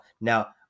now